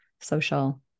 social